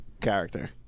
Character